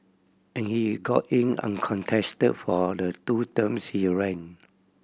and he got in uncontested for the two terms he ran